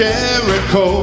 Jericho